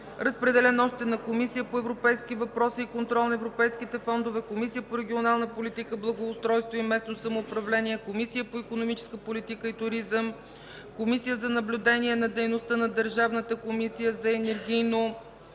Разпределен е и на Комисията по европейски въпроси и контрол на европейските фондове, Комисията по регионална политика, благоустройство и местно самоуправление, Комисията по икономическа политика и туризъм, Комисията за наблюдение над дейността на Държавната комисия за енергийно